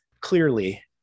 clearly